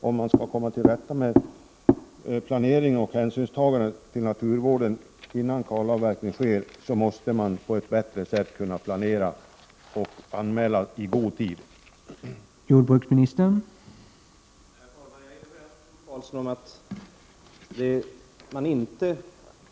Om man skall komma till rätta med hänsynstagandet till naturvården innan kalavverkningen sker, måste man på ett bättre sätt än nu kunna planera och i god tid göra hyggesanmälan. Hyggesrensning före kalavverkning borde enligt min uppfattning räknas till begreppet avverkning och således vara anmälningspliktigt.